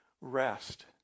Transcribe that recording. rest